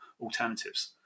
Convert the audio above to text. alternatives